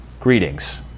greetings